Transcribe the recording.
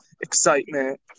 excitement